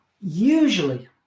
Usually